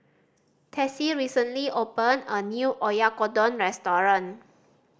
Tessie recently opened a new Oyakodon Restaurant